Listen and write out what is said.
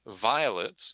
violets